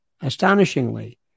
astonishingly